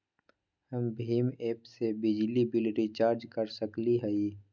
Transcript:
हम भीम ऐप से बिजली बिल रिचार्ज कर सकली हई?